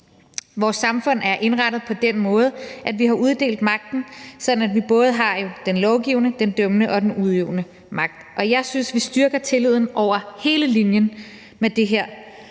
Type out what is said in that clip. Vores samfund er indrettet på den måde, at vi har delt magten sådan, at vi både har den lovgivende, den dømmende og den udøvende magt. Og jeg synes, vi styrker tilliden over hele linjen med det her